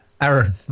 Aaron